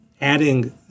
adding